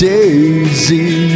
Daisy